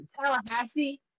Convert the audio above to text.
Tallahassee